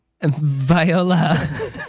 Viola